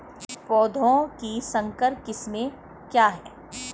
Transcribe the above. पौधों की संकर किस्में क्या हैं?